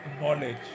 knowledge